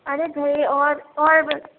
ارے بھائی اور اور بس